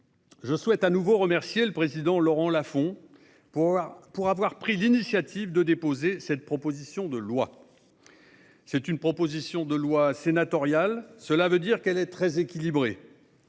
je souhaite de nouveau remercier le président de notre commission, Laurent Lafon, d'avoir pris l'initiative de déposer cette proposition de loi. C'est une proposition de loi sénatoriale, ce qui veut dire qu'elle est très équilibrée.